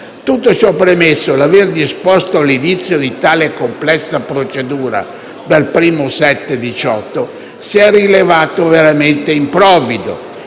Tutto ciò premesso, l'aver disposto l'inizio di tale complessa procedura dal 1° luglio 2018 si è rivelato veramente improvvido,